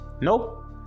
Nope